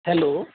hello